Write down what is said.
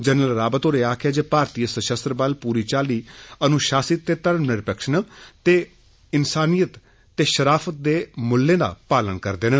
general Rawat होरे आक्खेआ जे भारतीय सशस्त्र बल पूरी चाल्ली अनुशासित ते धर्मनिरपख न ते इनसानियत ते शराफत दे मुल्ले दा पालन करदे न